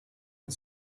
and